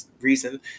reason